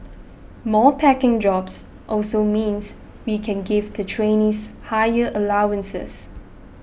more packing jobs also means we can give the trainees higher allowances